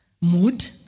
mood